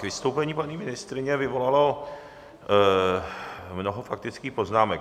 Vystoupení paní ministryně vyvolalo mnoho faktických poznámek.